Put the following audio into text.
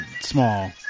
small